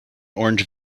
orange